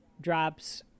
drops